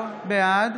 בעד